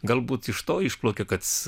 galbūt iš to išplaukė kad